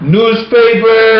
Newspaper